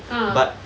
ah